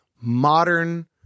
modern